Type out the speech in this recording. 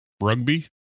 rugby